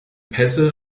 pässe